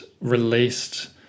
released